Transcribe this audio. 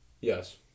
Yes